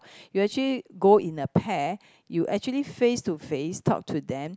you actually go in a pair you actually go face to face talk to them